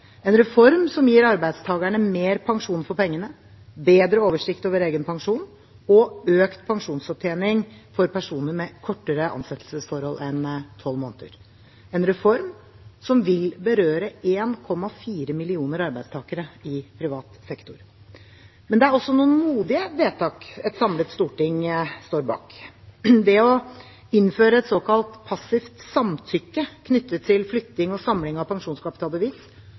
en reform som gir arbeidstakerne mer pensjon for pengene, bedre oversikt over egen pensjon og økt pensjonsopptjening for personer med kortere ansettelsesforhold enn tolv måneder, en reform som vil berøre 1,4 millioner arbeidstakere i privat sektor. Men det er også noen modige vedtak et samlet storting står bak. Det å innføre et såkalt passivt samtykke knyttet til flytting og samling av pensjonskapitalbevis